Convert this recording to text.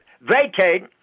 vacate